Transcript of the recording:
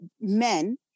men